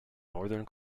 northern